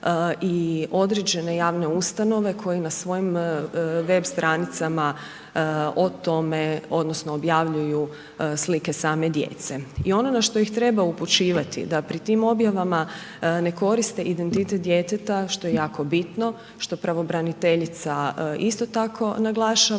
i određene javne usluge koje na svojim web stranicama o tome odnosno objavljuju slike same djece. I ono na što ih treba upućivati da pri tim objavama ne koriste identitet djeteta što je jako bitno, što pravobraniteljica isto tako naglašava,